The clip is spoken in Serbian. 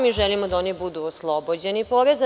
Mi želimo da oni budu oslobođeni poreza.